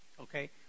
Okay